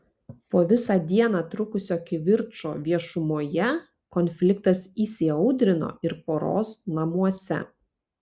po visą dieną trukusio kivirčo viešumoje konfliktas įsiaudrino ir poros namuose